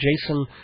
Jason